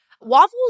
Waffles